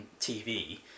TV